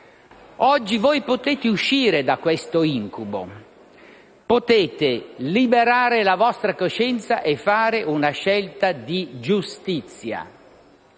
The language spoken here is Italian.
Oggi voi potete uscire da questo incubo. Potete liberare la vostra coscienza e fare una scelta di giustizia.